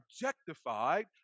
objectified